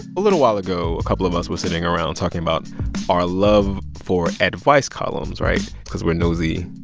a little while ago, a couple of us were sitting around talking about our love for advice columns right? because we're nosy,